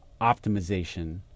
optimization